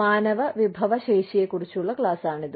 മാനവവിഭവശേഷിയെക്കുറിച്ചുള്ള ക്ലാസാണിത്